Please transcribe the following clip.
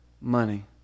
money